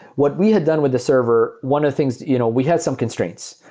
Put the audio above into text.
what we had done with the server, one of things, you know we had some constraints.